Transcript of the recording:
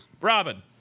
Robin